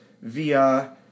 via